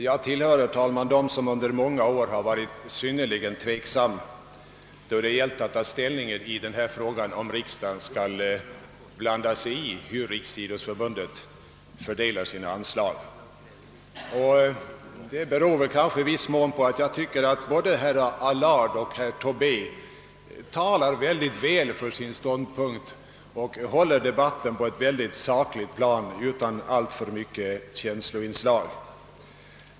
Herr talman! Jag hör till dem som under många år varit synnerligen tveksamma då det gällt att ta ställning till frågan, om riksdagen skall blanda sig i hur Riksidrottsförbundet fördelar anslaget. Det beror i viss mån på att jag tycker att både herr Allard och herr Tobé skickligt försvarar sina ståndpunkter och håller debatten på ett sakligt plan utan alltför stort känsloengagemang.